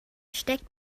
steckt